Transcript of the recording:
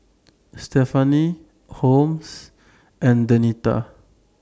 Stephani Holmes and Denita